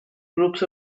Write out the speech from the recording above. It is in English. groups